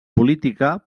política